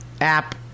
app